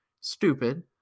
stupid